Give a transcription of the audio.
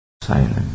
Silent